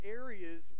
areas